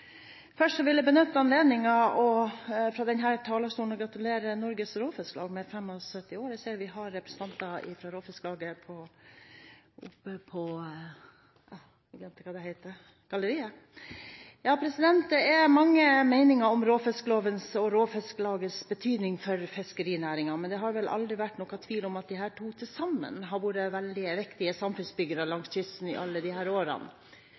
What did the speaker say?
Først vil jeg benytte anledningen fra denne talerstolen til å gratulere Norges Råfisklag med 75 år. Jeg ser vi har representanter fra Råfisklaget oppe på galleriet. Ja, det er mange meninger om råfisklovens og Råfisklagets betydning for fiskerinæringen. Men det har vel aldri vært noen tvil om at disse to til sammen har vært veldig viktige samfunnsbyggere langs kysten i alle disse årene.